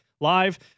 live